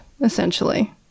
essentially